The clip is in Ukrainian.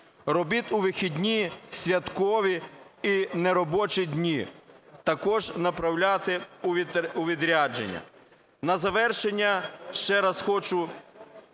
робіт у вихідні, святкові і неробочі дні, також направляти у відрядження. На завершення ще раз хочу